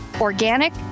organic